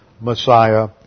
Messiah